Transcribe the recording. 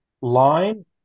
line